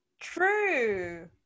True